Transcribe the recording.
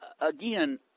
Again